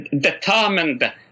determined